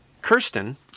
Kirsten